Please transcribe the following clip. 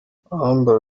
abambara